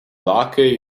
luckier